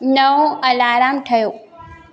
नओं अलाराम ठहियो